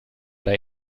oder